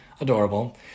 Adorable